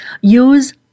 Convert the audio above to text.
Use